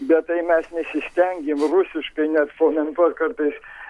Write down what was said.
bet tai mes nesistengėm rusiškai net komentuot kartais